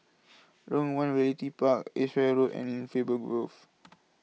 Lorong one Realty Park Edgware Road and Faber Grove